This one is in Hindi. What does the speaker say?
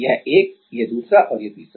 यह एक यह दूसरा और यह तीसरा